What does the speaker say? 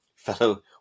Fellow